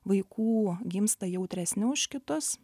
vaikų gimsta jautresni už kitus